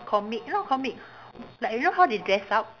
comic not comic like you know how they dress up